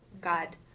God